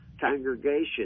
congregation